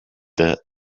through